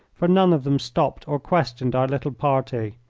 for none of them stopped or questioned our little party.